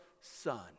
Son